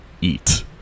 eat